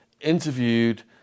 interviewed